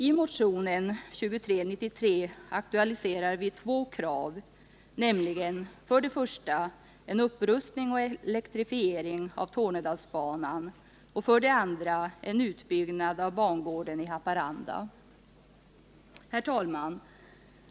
I motionen 2393 aktualiserar vi två krav, nämligen för det första en upprustning och elektrifiering av Tornedalsbanan, för det andra en utbyggnad av bangården i Haparanda. Herr talman!